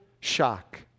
shock